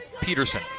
Peterson